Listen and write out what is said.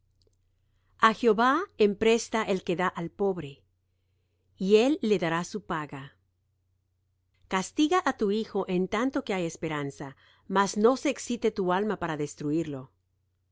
a jehová empresta el que da al pobre y él le dará su paga castiga á tu hijo en tanto que hay esperanza mas no se excite tu alma para destruirlo